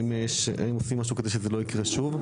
האם עושים משהו כדי שזה לא יקרה שוב?